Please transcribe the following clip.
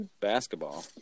basketball